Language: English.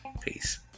Peace